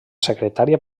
secretària